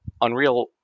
Unreal